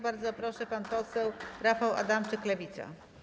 Bardzo proszę, pan poseł Rafał Adamczyk, Lewica.